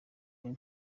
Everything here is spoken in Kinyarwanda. nje